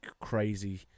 crazy